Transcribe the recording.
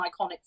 iconic